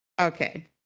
Okay